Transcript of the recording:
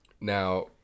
Now